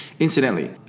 Incidentally